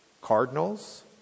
cardinals